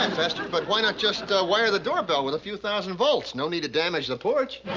and fester, but why not just ah wire the doorbell with a few thousand volts? no need to damage the porch.